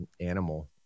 animal